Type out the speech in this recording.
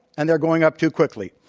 and they're going up too quickly.